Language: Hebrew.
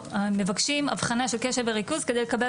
מבקשים אבחנה של קשב וריכוז כדי לקבל